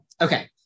okay